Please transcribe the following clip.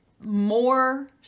more